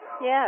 Yes